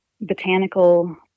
botanical